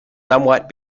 somewhat